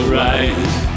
right